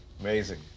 Amazing